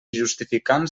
justificants